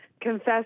Confess